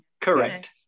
Correct